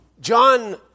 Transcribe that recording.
John